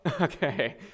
okay